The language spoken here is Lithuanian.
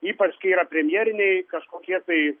ypač kai yra premjeriniai kažkokie tai